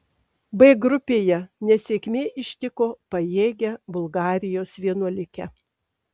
b grupėje nesėkmė ištiko pajėgią bulgarijos vienuolikę